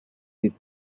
with